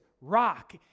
Rock